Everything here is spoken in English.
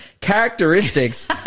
characteristics